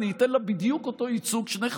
אני אתן לה בדיוק אותו ייצוג שני חברים,